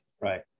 Right